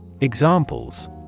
Examples